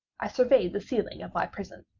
i surveyed the ceiling of my prison.